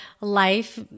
life